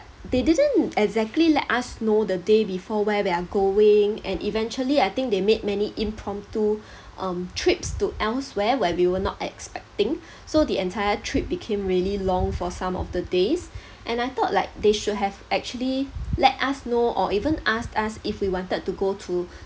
they didn't exactly let us know the day before where we are going and eventually I think they made many impromptu um trips to elsewhere where we were not expecting so the entire trip became really long for some of the days and I thought like they should have actually let us know or even asked us if we wanted to go to